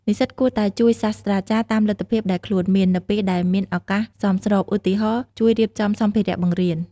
និស្សិតគួរតែ ជួយសាស្រ្តាចារ្យ តាមលទ្ធភាពដែលខ្លួនមាន នៅពេលដែលមានឱកាសសមស្រប (ឧទាហរណ៍ ជួយរៀបចំសម្ភារៈបង្រៀន)។